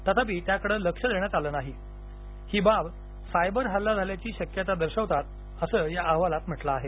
तथापि त्याकडे लक्ष देण्यात आले नाही ही बाब सायबर हल्ला झाल्याची शक्यता दर्शवतात असं या अहवालात म्हटलं आहे